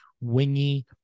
wingy